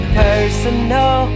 personal